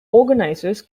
organisers